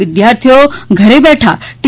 વિદ્યાર્થીઓ ઘેર બેઠાં ટી